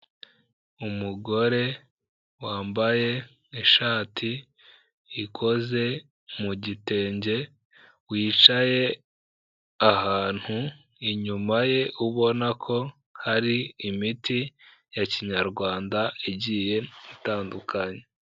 Umugore wambaye ishati ikoze mu gitenge, wicaye ahantu, inyuma ye ubona ko hari imiti ya kinyarwanda igiye itandukanye.